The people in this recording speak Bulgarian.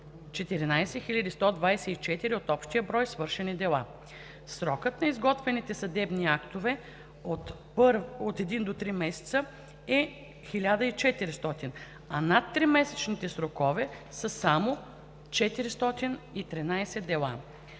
14 124 от общия брой свършени дела. Срокът на изготвените съдебни актове от 1 до 3 месеца е 1400, а над тримесечните срокове са само 413 дела.